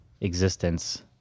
existence